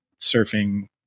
surfing